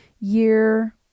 year